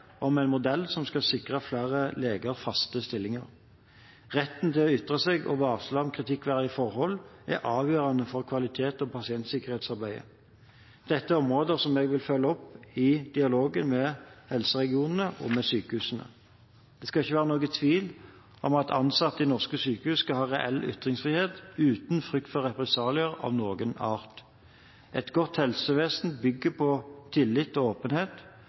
om en modell som skal sikre flere leger faste stillinger. Retten til å ytre seg og varsle om kritikkverdige forhold er avgjørende for kvalitets- og pasientsikkerhetsarbeidet. Dette er områder som jeg vil følge opp i dialogen med helseregionene og med sykehusene. Det skal ikke være noen tvil om at ansatte i norske sykehus skal ha reell ytringsfrihet uten frykt for represalier av noen art. Et godt helsevesen bygger på tillit og åpenhet,